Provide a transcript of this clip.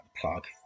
plug